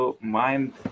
mind